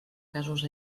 casos